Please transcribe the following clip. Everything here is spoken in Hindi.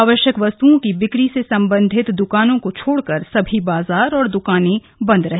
आवश्यक वस्तओं की बिक्री से संबंधित दुकानों को छोड़ कर समी बाजार और दुकाने बंद रहे